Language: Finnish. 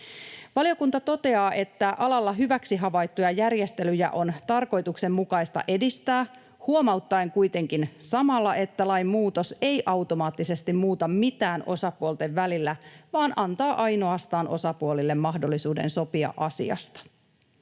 Valiokunta toteaa, että alalla hyväksi havaittuja järjestelyjä on tarkoituksenmukaista edistää, huomauttaen kuitenkin samalla, että lainmuutos ei automaattisesti muuta mitään osapuolten välillä vaan antaa ainoastaan osapuolille mahdollisuuden sopia asiasta.